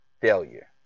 failure